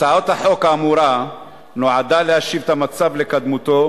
הצעת החוק האמורה נועדה להשיב את המצב לקדמותו,